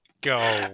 go